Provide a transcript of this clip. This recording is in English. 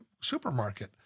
supermarket